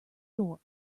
door